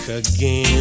again